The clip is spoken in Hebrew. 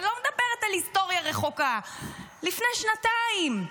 אני לא מדברת על היסטוריה רחוקה, לפני שנתיים.